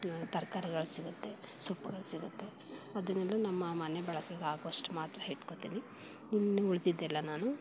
ತರಕಾರಿಗಳು ಸಿಗುತ್ತೆ ಸೊಪ್ಪುಗಳು ಸಿಗುತ್ತೆ ಅದನ್ನೆಲ್ಲ ನಮ್ಮ ಮನೆ ಬಳಕೆಗೆ ಆಗುವಷ್ಟು ಮಾತ್ರ ಇಟ್ಕೊಳ್ತೀನಿ ಇನ್ನೂ ಉಳಿದಿದ್ದೆಲ್ಲ ನಾನು